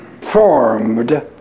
formed